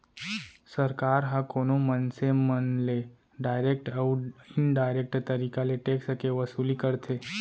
सरकार ह कोनो मनसे मन ले डारेक्ट अउ इनडारेक्ट तरीका ले टेक्स के वसूली करथे